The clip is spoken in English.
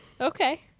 Okay